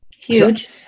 Huge